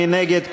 מי נגד?